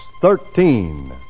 Thirteen